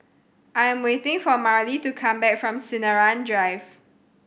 I am waiting for Marlie to come back from Sinaran Drive